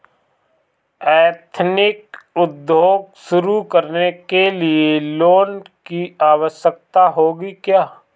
Ethnic उद्योग शुरू करने लिए लोन की आवश्यकता होगी क्या?